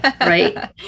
Right